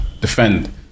defend